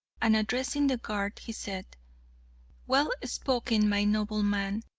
and, addressing the guard, he said well spoken, my noble man.